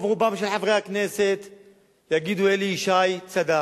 רובם של חברי הכנסת יגידו: אלי ישי צדק.